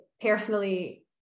personally